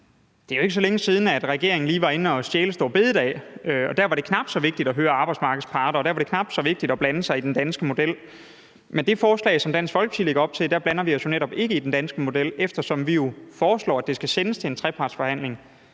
Det er jo ikke så længe siden, at regeringen lige var inde at stjæle store bededag, og der var det knap så vigtigt at høre arbejdsmarkedets parter, og der var det knap så vigtigt ikke at blande sig i den danske model. Men i det forslag, som Dansk Folkeparti lægger op til, blander vi os netop ikke i den danske model, eftersom vi jo foreslår, at det skal sendes til en trepartsforhandling.